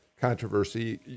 Controversy